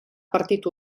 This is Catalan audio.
partit